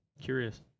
curious